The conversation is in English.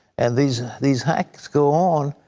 and these these hacks go on,